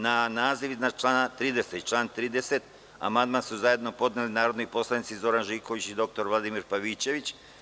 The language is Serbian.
Na naziv iznad člana 30. i član 30. amandman su zajedno podneli narodni poslanici Zoran Živković i dr Vladimir Pavićević.